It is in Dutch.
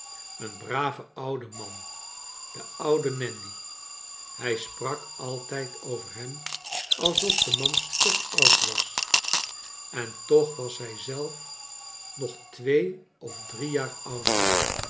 een brave oude man de oude nandy hij sprak altijd over hem alsof de man stokoud was en toch was hij zelf nog twee of drie jaar ouder